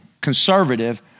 conservative